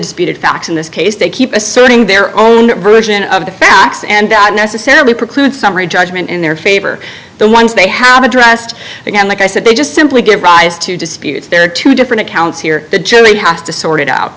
disputed facts in this case they keep us serving their own version of the facts and that necessarily preclude summary judgment in their favor the ones they have addressed and like i said they just simply give rise to disputes there are two different counts here the jury has to sort it out